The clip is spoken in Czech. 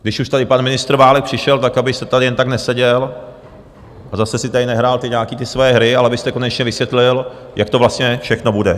Když už tady pan ministr Válek přišel, tak abyste tady jen tak neseděl a zase si tady nehrál nějaké své hry, ale abyste konečně vysvětlil, jak to vlastně všechno bude.